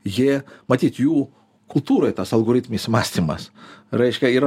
jie matyt jų kultūroj tas algoritminis mąstymas reiškia yra